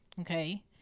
Okay